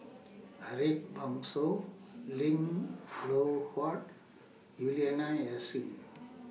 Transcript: Ariff Bongso Lim Loh Huat Juliana Yasin